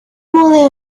morning